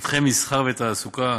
שטחי מסחר ותעסוקה,